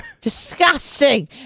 disgusting